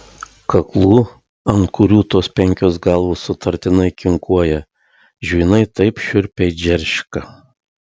kaklų ant kurių tos penkios galvos sutartinai kinkuoja žvynai taip šiurpiai džerška